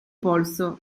polso